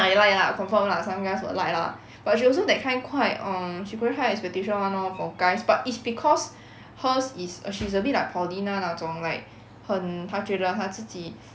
ah they like lah confirm lah some guys will like lah but she also that kind quite um she very high expectation [one] lor for guys but is because hers is err she's a bit like pualina 那种 like 很她觉得她自己